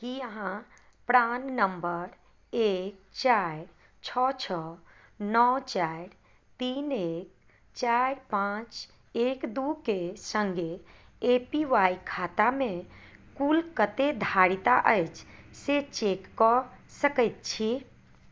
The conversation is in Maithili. की अहाँ प्राण नम्बर एक चारि छओ छओ नओ चारि तीन एक चारि पाँच एक दूके सङ्गे ए पी वाइ खातामे कुल कतेक धारिता अछि से चेक कऽ सकैत छी